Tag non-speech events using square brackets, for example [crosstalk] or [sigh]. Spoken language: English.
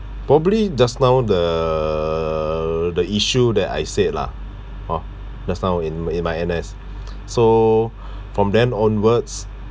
probably just now the the issue that I said lah hor just now in in my N_S [breath] so [breath] from then onwards